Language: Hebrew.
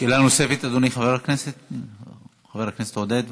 שאלה נוספת, אדוני חבר הכנסת עודד פורר?